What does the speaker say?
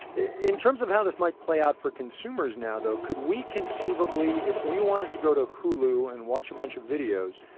in terms of how this might play out for consumers now, though, could we conceivably, if we wanted to go to hulu and watch a butch of videos,